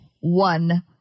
one